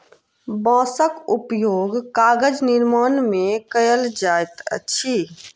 बांसक उपयोग कागज निर्माण में कयल जाइत अछि